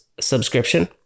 subscription